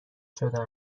شدن